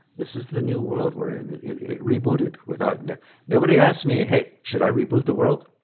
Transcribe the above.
this is the new world were in. it rebooted without nobody asked me hey, should i reboot the world.